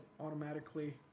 automatically